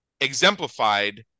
exemplified